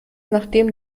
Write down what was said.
nachdem